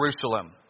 Jerusalem